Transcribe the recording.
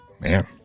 man